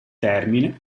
termine